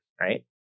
Right